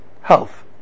Health